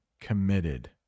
committed